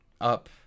up